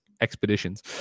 expeditions